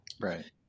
right